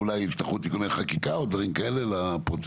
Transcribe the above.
אולי יצטרכו עוד תיקוני חקיקה או דברים כאלה לפרוצדורות,